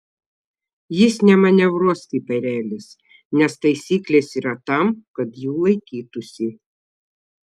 jis nemanevruos kaip erelis nes taisyklės yra tam kad jų laikytųsi